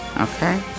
Okay